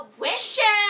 wishes